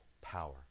power